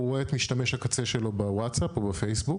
הוא רואה את משתמש הקצה שלו בוואטס אפ או בפייסבוק.